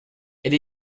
elle